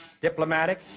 diplomatic